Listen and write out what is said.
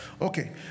Okay